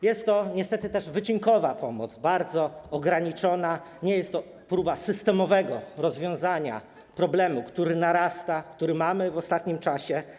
Jest to niestety też wycinkowa pomoc, bardzo ograniczona, nie jest to próba systemowego rozwiązania problemu, który narasta, który mamy w ostatnim czasie.